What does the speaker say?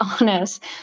honest